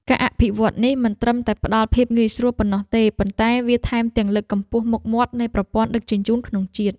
ការអភិវឌ្ឍន៍នេះមិនត្រឹមតែផ្ដល់ភាពងាយស្រួលប៉ុណ្ណោះទេប៉ុន្តែវាថែមទាំងលើកកម្ពស់មុខមាត់នៃប្រព័ន្ធដឹកជញ្ជូនក្នុងជាតិ។